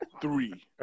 three